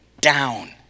down